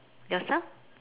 yourself